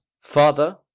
Father